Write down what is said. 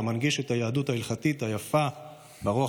שמנגיש את היהדות ההלכתית היפה ברוח